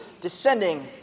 descending